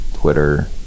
twitter